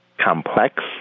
complex